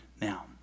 Now